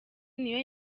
niyo